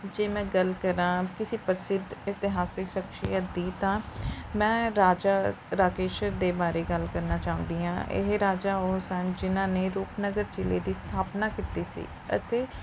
ਜੇ ਮੈਂ ਗੱਲ ਕਰਾਂ ਕਿਸੇ ਪ੍ਰਸਿੱਧ ਇਤਿਹਾਸਕ ਸ਼ਖਸ਼ੀਅਤ ਦੀ ਤਾਂ ਮੈਂ ਰਾਜਾ ਰਾਕੇਸ਼ਰ ਦੇ ਬਾਰੇ ਗੱਲ ਕਰਨਾ ਚਾਹੁੰਦੀ ਹਾਂ ਇਹ ਰਾਜਾ ਉਹ ਸਨ ਜਿਨ੍ਹਾਂ ਨੇ ਰੂਪਨਗਰ ਜ਼ਿਲ੍ਹੇ ਦੀ ਸਥਾਪਨਾ ਕੀਤੀ ਸੀ ਅਤੇ